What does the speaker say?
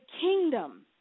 kingdom